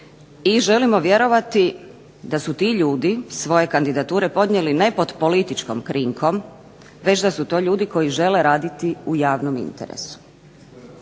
i želimo vjerovati da su ti ljudi svoje kandidature podnijeli ne pod političkom krinkom već da su to ljudi koji žele raditi u javnom interesu.